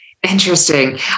Interesting